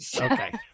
Okay